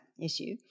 issue